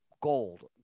gold